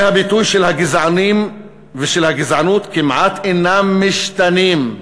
כלי הביטוי של הגזענים ושל הגזענות כמעט אינם משתנים,